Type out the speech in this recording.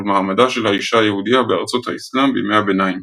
ולמעמדה של האישה היהודיה בארצות האסלאם בימי הביניים.